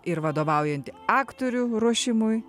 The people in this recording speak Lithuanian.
ir vadovaujanti aktorių ruošimui